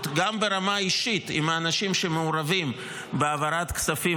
גם ברמה האישית עם האנשים שמעורבים בהעברת כספים